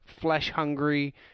flesh-hungry